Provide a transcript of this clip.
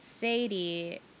Sadie